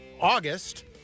August